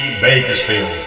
Bakersfield